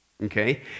Okay